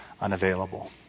unavailable